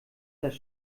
das